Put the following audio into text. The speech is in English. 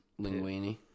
Linguini